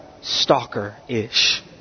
stalker-ish